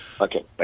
Okay